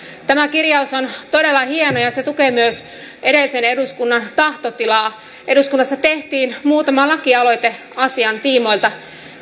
tämä kirjaus on todella hieno ja se tukee myös edellisen eduskunnan tahtotilaa eduskunnassa tehtiin muutama lakialoite asian tiimoilta